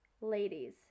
Ladies